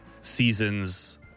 seasons